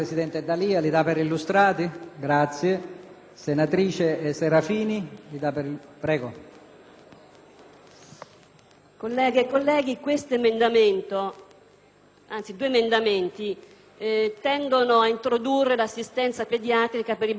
colleghe e colleghi, gli emendamenti 12.0.100 e 12.0.300 tendono ad introdurre l'assistenza pediatrica per i bambini immigrati i cui genitori non siano in regola con il permesso di soggiorno.